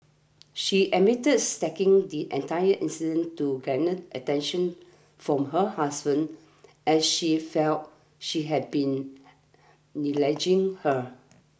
she admitted staging the entire incident to garner attention from her husband as she felt she had been neglecting her